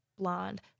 blonde